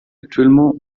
actuellement